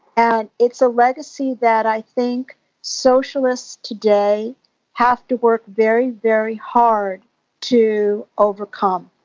and it's a legacy that i think socialists today have to work very, very hard to overcome.